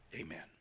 Amen